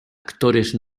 actores